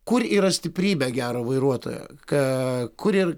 kur yra stiprybė gero vairuotojo ką kur ir